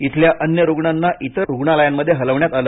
इथल्या अन्य रुग्णांना इतर रुग्णांमध्ये हलवण्यात आला